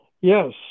Yes